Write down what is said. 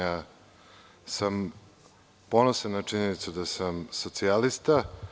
Ja sam ponosan na činjenicu da sam Socijalista.